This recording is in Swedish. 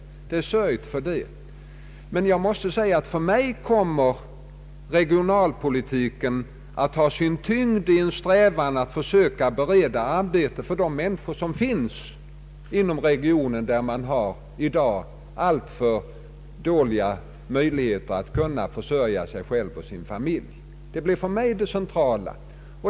Det är sörjt för detta. För mig kommer emellertid regionalpolitiken att ha sin tyngdpunkt i en strävan att försöka bereda arbete för de människor som i dag finns inom de norra regionerna och som har alltför små möjligheter att försörja sig själva och sin familj. Det blir för mig det centrala.